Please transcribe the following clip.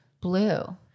Blue